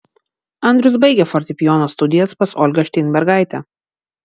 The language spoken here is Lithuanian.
andrius baigė fortepijono studijas pas olgą šteinbergaitę